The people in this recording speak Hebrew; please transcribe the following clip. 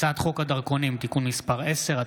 הצעת חוק הדרכונים (תיקון מס' 10),